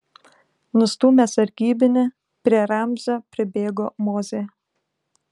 nustūmęs sargybinį prie ramzio pribėgo mozė